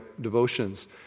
devotions